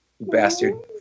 Bastard